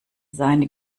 seine